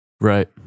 Right